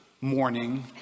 morning